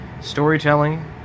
storytelling